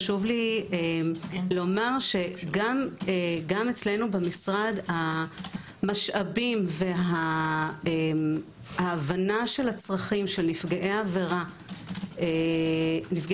גם אצלנו במשרד המשאבים וההבנה של הצרכים של נפגעי עבירות מין,